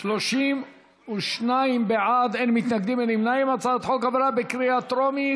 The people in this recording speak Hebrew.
הצעת חוק סביבה בטוחה